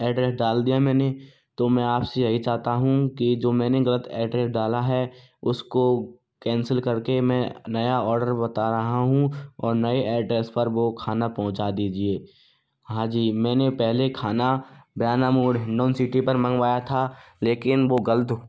address डाल दिया मैंने तो मैं आपसे यही चाहता हूँ कि जो मैंने गलत एड्रेस डाला है उसको कैंसिल करके मैं नया ओडर बता रहा हूँ और नए एड्रेस पर वो खाना पहुँचा दीजिए हाँ जी मैंने पहले खाना बिरानामोड हिंडौन सिटी पर मंगवाया था लेकिन वो गल्त